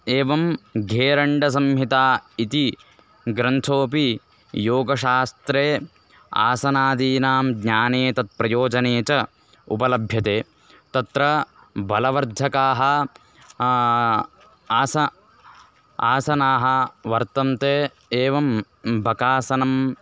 एवं घेरण्डसंहिता इति ग्रन्थोऽपि योगशास्त्रे आसनादीनां ज्ञाने तत् प्रयोजने च उपलभ्यते तत्र बलवर्धकाः आस आसनाः वर्तन्ते एवं बकासनम्